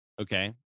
Okay